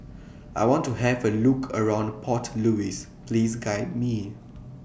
I want to Have A Look around Port Louis Please Guide Me